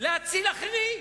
להציל אחרים,